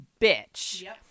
bitch